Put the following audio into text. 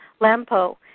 Lampo